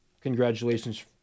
congratulations